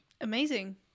Amazing